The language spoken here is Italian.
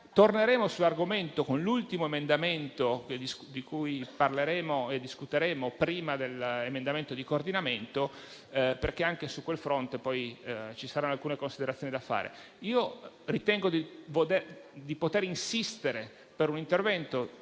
Torneremo sull'argomento con l'ultimo emendamento, di cui discuteremo prima dell'emendamento di coordinamento, perché anche su quel fronte ci saranno alcune considerazioni da fare. Io ritengo di poter insistere per un intervento